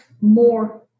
more